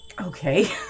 Okay